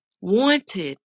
wanted